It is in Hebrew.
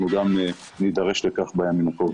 אנחנו גם נידרש לכך בימים הקרובים.